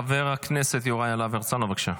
חבר הכנסת יוראי להב הרצנו, בבקשה.